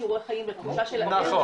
בכישורי חיים ובתחושה של ערך --- נכון.